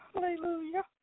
Hallelujah